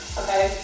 okay